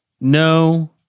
no